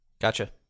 Gotcha